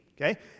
okay